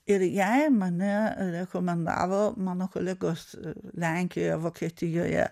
ir jei mane rekomendavo mano kolegos lenkijoje vokietijoje